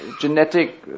genetic